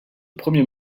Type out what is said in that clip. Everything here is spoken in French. premier